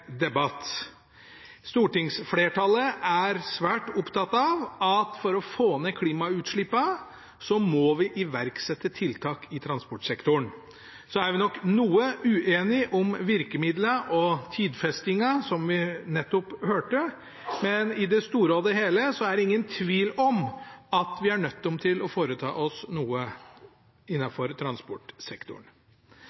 debatt. Stortingsflertallet er svært opptatt av at for å få ned klimautslippene må vi iverksette tiltak i transportsektoren. Så er vi nok noe uenige om virkemidlene og tidfestingen, som vi nettopp hørte, men i det store og hele er det ingen tvil om at vi er nødt til å foreta oss noe innenfor transportsektoren.